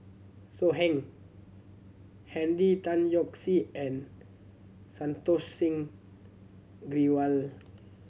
So Heng Henry Tan Yoke See and Santokh Singh Grewal